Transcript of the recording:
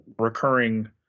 recurring